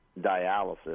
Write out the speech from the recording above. dialysis